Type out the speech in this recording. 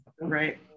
right